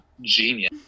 genius